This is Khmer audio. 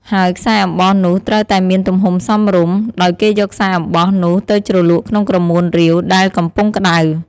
ហើយខ្សែអំបោះនោះត្រូវតែមានទំហំសមរម្យ ដោយគេយកខ្សែអំបោះនោះទៅជ្រលក់ក្នុងក្រមួនរាវដែលកំពុងក្ដៅ។